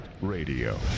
radio